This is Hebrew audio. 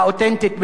האותנטית ביותר.